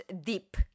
deep